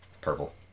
Purple